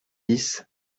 dix